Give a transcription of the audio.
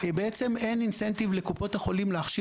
בעצם אין אינסנטיב לקופות החולים להכשיר